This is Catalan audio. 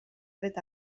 dret